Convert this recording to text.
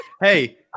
Hey